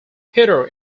peter